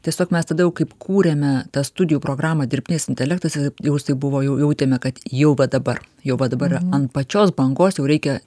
tiesiog mes tada jau kaip kūrėme tą studijų programą dirbtinis intelektas ir jau jisai buvo jau jautėme kad jau va dabar jau va dabar ant pačios bangos jau reikia